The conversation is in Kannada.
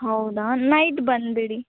ಹೌದಾ ನೈಟ್ ಬಂದುಬಿಡಿ